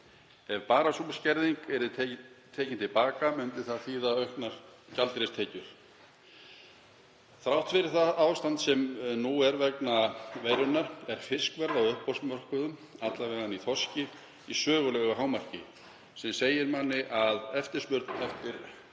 Ef sú skerðing yrði tekin til baka myndi það þýða auknar gjaldeyristekjur. Þrátt fyrir það ástand sem nú er vegna veirunnar er fiskverð á uppboðsmörkuðum, a.m.k. í þorski, í sögulegu hámarki, sem segir manni að eftirspurn eftir